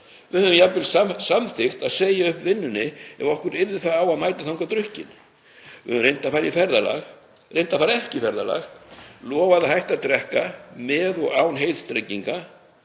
við höfum jafnvel samþykkt að segja upp vinnunni ef okkur yrði það á að mæta þangað drukkin, við höfum reynt að fara í ferðalag, reynt að fara ekki í ferðalag, lofað að hætta að drekka (með og án heitstrenginga),